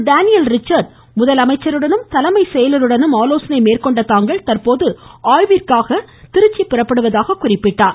Daniel Richard முதலமைச்சருடனும் தலைமைச் செயலருடனும் ஆலோசனை மேற்கொண்ட தாங்கள் தற்போது ஆய்விற்காக புறப்படுவதாக குறிப்பிட்டார்